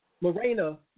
Morena